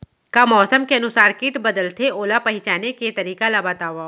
का मौसम के अनुसार किट बदलथे, ओला पहिचाने के तरीका ला बतावव?